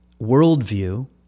worldview